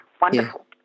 Wonderful